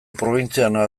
probintzianoa